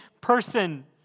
person